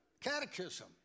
catechism